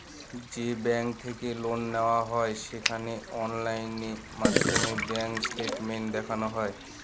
যে ব্যাঙ্ক থেকে লোন নেওয়া হয় সেখানে অনলাইন মাধ্যমে ব্যাঙ্ক স্টেটমেন্ট দেখানো হয়